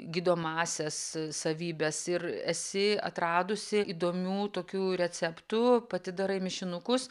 gydomąsias savybes ir esi atradusi įdomių tokių receptų pati darai mišinukus